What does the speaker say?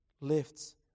lifts